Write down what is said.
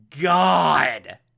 God